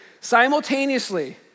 simultaneously